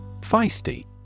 Feisty